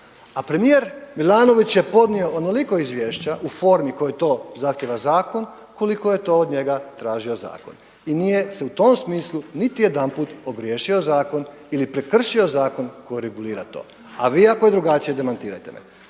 A premijer Milanović je podnio onoliko izvješća u formi koju to zahtjeva zakon koliko je to od njega tražio zakon i nije se u tom smislu niti jedanput ogriješio o zakon ili prekršio zakon koji regulira to. A vi ako je drugačije demantirajte me.